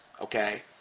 Okay